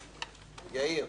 יאיר,